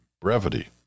brevity